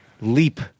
leap